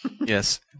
Yes